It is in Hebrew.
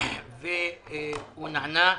והוא נענה,